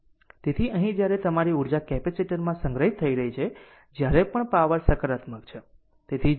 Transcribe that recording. તેથી અહીં જ્યારે તમારી ઉર્જા કેપેસિટર માં સંગ્રહિત થઈ રહી છે જ્યારે પણ પાવર સકારાત્મક છે તેથી